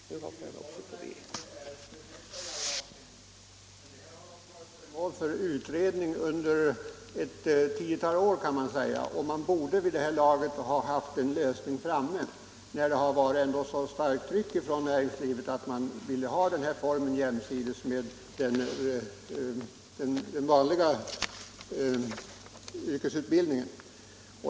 Herr talman! Visst kan det förekomma att förhållandena i sådana här utbildningsformer inte är perfekta i alla avseenden, men dessa frågor har ändock varit föremål för utredning under ett tiotal år, och man borde vid det här laget ha kommit fram till en lösning, med tanke på att det förekommit ett starkt tryck från näringslivet till förmån för denna utbildningsform jämsides med den vanliga yrkesutbildningen.